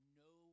no